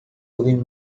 ouvem